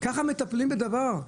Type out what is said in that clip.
כך מטפלים בדבר.